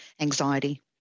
anxiety